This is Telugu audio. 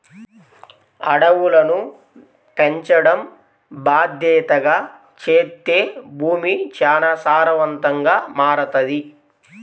అడవులను పెంచడం బాద్దెతగా చేత్తే భూమి చానా సారవంతంగా మారతది